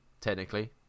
technically